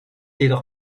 jedoch